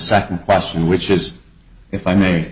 second question which is if i may